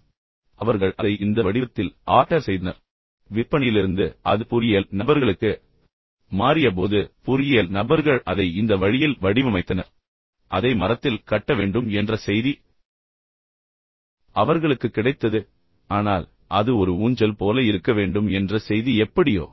எனவே அவர்கள் அதை இந்த வடிவத்தில் ஆர்டர் செய்தனர் இப்போது விற்பனையிலிருந்து அது உண்மையில் பொறியியல் நபர்களுக்கு மாறியபோது பொறியியல் நபர்கள் அதை இந்த வழியில் வடிவமைத்தனர் எனவே அதை மரத்தில் கட்ட வேண்டும் என்ற செய்தி அவர்களுக்கு கிடைத்தது ஆனால் அது ஒரு ஊஞ்சல் போல இருக்க வேண்டும் என்ற செய்தி எப்படியோ